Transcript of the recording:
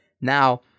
Now